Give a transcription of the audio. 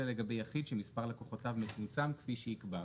אלא לגבי יחיד שמספר לקוחותיו מצומצם כפי שיקבע".